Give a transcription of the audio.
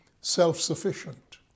self-sufficient